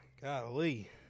golly